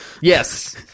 yes